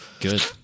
Good